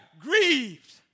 grieved